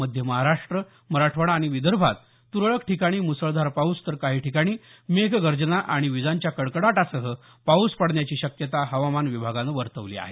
मध्य महाराष्ट्र मराठवाडा आणि विदर्भात तुरळक ठिकाणी मुसळधार पाऊस तर काही ठिकाणी मेघगर्जना आणि विजांच्या कडकडाटासह पाऊस पडण्याची शक्यता हवामान विभागानं वर्तवली आहे